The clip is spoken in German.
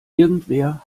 irgendwer